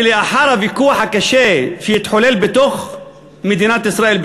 ולאחר הוויכוח הקשה שהתחולל במדינת ישראל,